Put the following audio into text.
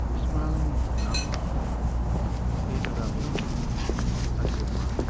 विस्मरणं न भवति एतदर्थम् अत्युत्पन्नं